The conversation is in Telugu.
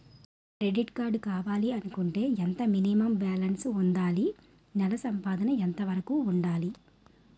క్రెడిట్ కార్డ్ కావాలి అనుకుంటే ఎంత మినిమం బాలన్స్ వుందాలి? నెల సంపాదన ఎంతవరకు వుండాలి?